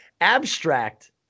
abstract